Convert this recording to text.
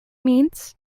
means